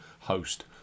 host